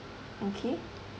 okay